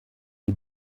die